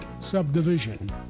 subdivision